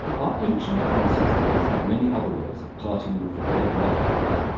our ancient ancestors had many other ways of parting with the dead loved ones.